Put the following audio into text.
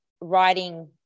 writing